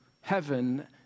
heaven